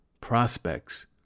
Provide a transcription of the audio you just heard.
prospects